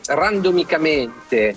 randomicamente